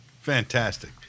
Fantastic